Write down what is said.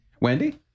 Wendy